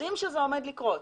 יודעים שזה עומד לקרות.